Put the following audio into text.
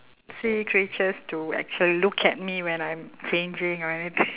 sea creatures to actual~ look at me when I'm changing or anything